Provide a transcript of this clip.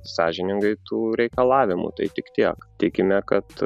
sąžiningai tų reikalavimų tai tik tiek tikime kad